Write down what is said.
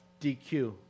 DQ